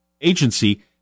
agency